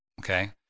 okay